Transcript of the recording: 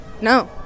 No